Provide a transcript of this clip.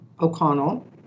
O'Connell